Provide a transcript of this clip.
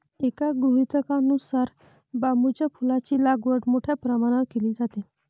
एका गृहीतकानुसार बांबूच्या फुलांची लागवड मोठ्या प्रमाणावर केली जाते